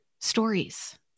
stories